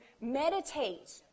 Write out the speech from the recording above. meditate